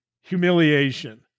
humiliation